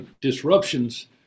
disruptions